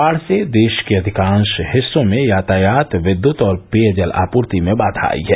बाढ़ से देश के अधिकांश हिस्सो में यातायात विद्यत और पेयजल आपूर्ति में बाधा आई है